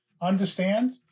Understand